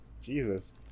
Jesus